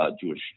Jewish